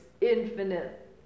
infinite